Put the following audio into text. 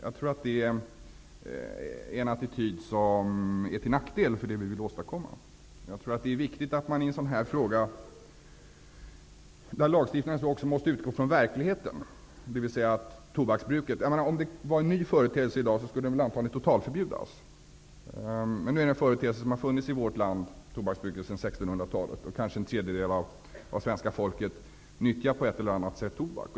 Det är, tror jag, en attityd som är till nackdel för det som vi vill åstadkomma. Det finns skäl till en viss realism i en sådan här fråga, där lagstiftningen måste utgå ifrån verkligheten, dvs. bruket av tobak. Om detta hade varit en ny företeelse i dag, så skulle tobaken antagligen totalförbjudas. Men nu har tobaksbruket funnits sedan 1600-talet i vårt land, och kanske en tredjedel av svenska folket nyttjar på ett eller annat sätt tobak.